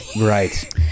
Right